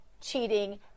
cheating